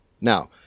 Now